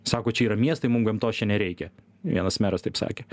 sako čia yra miestai mum gamtos čia nereikia vienas meras taip sakė